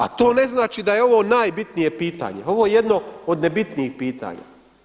A to ne znači da je ovo najbitnije pitanje, ovo je jedno od nebitnijih pitanja.